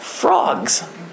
Frogs